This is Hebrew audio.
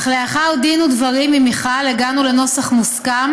אך לאחר דין ודברים עם מיכל הגענו לנוסח מוסכם